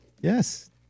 Yes